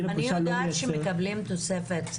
אני יודעת שמקבלים תוספת.